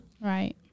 Right